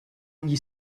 gli